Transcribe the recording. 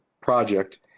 project